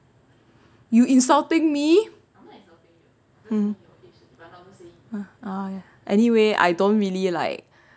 you insulting me um ah ya anyway I don't really like